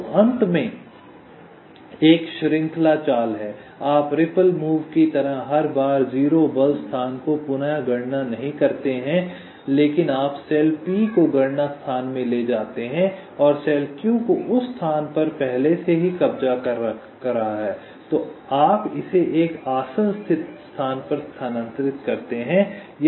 और अंत में एक श्रृंखला चाल है आप रिपल मूव की तरह हर बार 0 बल स्थान को पुन गणना नहीं करते हैं लेकिन आप सेल p को गणना स्थान में ले जाते हैं और सेल q जो उस स्थान पर पहले से कब्जा कर रहा है आप इसे एक आसन्न स्थान पर स्थानांतरित करते हैं